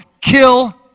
kill